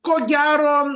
ko gero